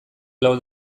lau